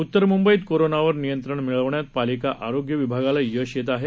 उत्तर मुंबईत कोरोनावर नियंत्रण मिळवण्यात पालिका आरोग्य विभागाला यश येत आहे